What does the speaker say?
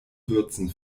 würzen